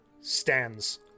stands